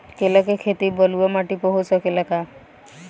केला के खेती बलुआ माटी पर हो सकेला का?